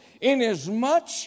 ...inasmuch